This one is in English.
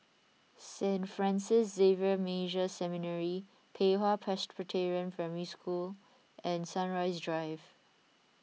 Saint Francis Xavier Major Seminary Pei Hwa Presbyterian Primary School and Sunrise Drive